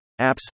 Apps